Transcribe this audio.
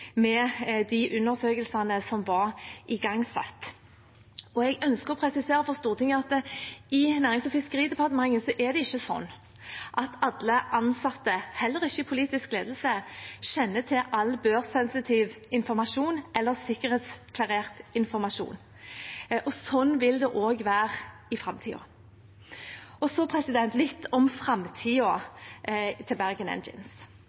med de undersøkelsene som var igangsatt. Jeg ønsker å presisere for Stortinget at i Nærings- og fiskeridepartementet er det ikke sånn at alle ansatte – heller ikke i politisk ledelse – kjenner til all børssensitiv informasjon eller sikkerhetsklarert informasjon, og sånn vil det også være i framtiden. Så litt om framtiden til Bergen